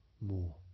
more